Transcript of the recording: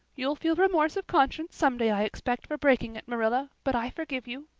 you'll feel remorse of conscience someday, i expect, for breaking it, marilla, but i forgive you.